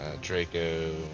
Draco